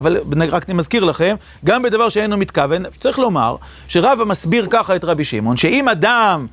אבל רק אני מזכיר לכם, גם בדבר שאינו מתכוון, צריך לומר שרבא המסביר ככה את רבי שמעון, שאם אדם...